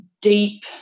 deep